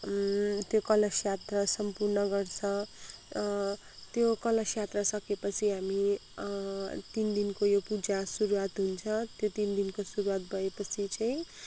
त्यो कलश यात्रा सम्पूर्ण गर्छ त्यो कलश यात्रा सकेपछि हामी तिन दिनको यो पूजा सुरुवात हुन्छ त्यो तिन दिनको सुरुवात भएपछि चाहिँ